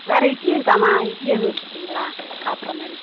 வேறு இட்லி இருக்காமா இட்லி எதுவும் வச்சுருக்கிங்களா சாப்பிட்ற மாதிரி